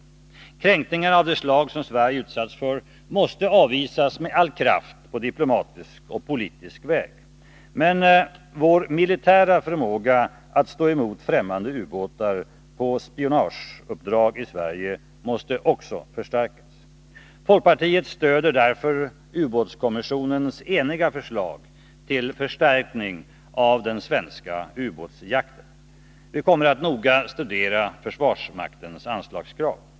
Kränkningar av det slag som Sverige utsatts för måste avvisas med all kraft på diplomatisk och politisk väg. Men vår militära förmåga att stå emot främmande ubåtar på spionageuppdrag i Sverige måste också förstärkas. Folkpartiet stödjer därför ubåtskommissionens eniga förslag till förstärkning av den svenska ubåtsjakten. Vi kommer att noga studera försvarsmaktens anslagskrav.